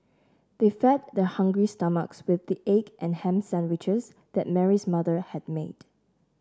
they fed their hungry stomachs with the egg and ham sandwiches that Mary's mother had made